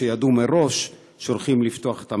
שידעו מראש שהולכים לפתוח את המכסות.